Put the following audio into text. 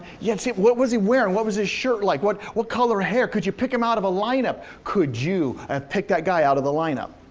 and so what was he wearing? what was his shirt like? what what color hair? could you pick him out of a lineup? could you have picked that guy out of a lineup?